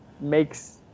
makes